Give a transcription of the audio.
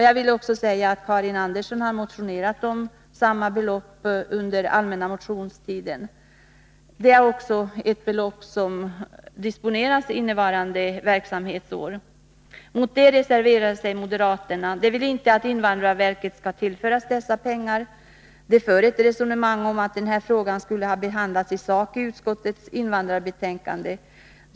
Jag vill också säga att Karin Andersson har motionerat om samma belopp under den allmänna motionstiden. Det är f. ö. samma belopp som disponeras för verksamheten under innevarande verksamhetsår. Mot detta reserverar sig moderaterna. De vill inte att invandrarverket skall tillföras dessa extra pengar. De för ett resonemang om att den här frågan skulle ha behandlats i sak i utskottets invandrarbetänkande.